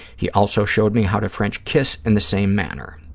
he also showed me how to french kiss in the same manner.